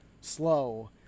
slow